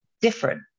different